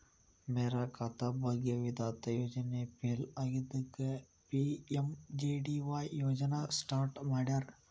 ಮೇರಾ ಖಾತಾ ಭಾಗ್ಯ ವಿಧಾತ ಯೋಜನೆ ಫೇಲ್ ಆಗಿದ್ದಕ್ಕ ಪಿ.ಎಂ.ಜೆ.ಡಿ.ವಾಯ್ ಯೋಜನಾ ಸ್ಟಾರ್ಟ್ ಮಾಡ್ಯಾರ